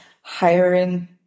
hiring